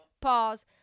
Pause